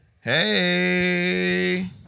Hey